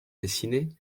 dessinée